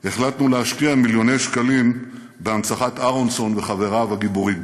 החלטנו להשקיע מיליוני שקלים בהנצחת אהרונסון וחבריו הגיבורים.